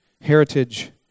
heritage